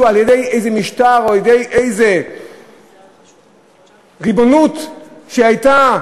על-ידי איזה משטר או על-ידי איזו ריבונות שהייתה,